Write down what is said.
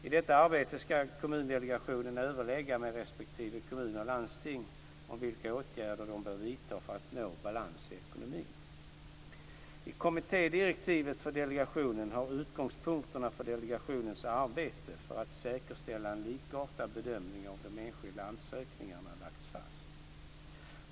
I detta arbete ska Kommundelegationen överlägga med respektive kommun eller landsting om vilka åtgärder de bör vidta för att nå balans i ekonomin. I kommittédirektiven för delegationen har utgångspunkterna för delegationens arbete för att säkerställa en likartad bedömning av de enskilda ansökningarna lagts fast .